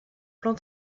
plan